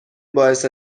باعث